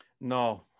No